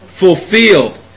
Fulfilled